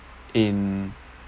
in